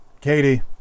Katie